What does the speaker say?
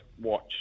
watch